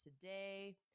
today